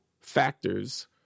factors